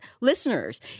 listeners